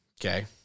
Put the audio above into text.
okay